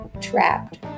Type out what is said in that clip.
trapped